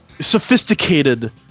sophisticated